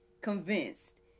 convinced